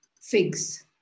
figs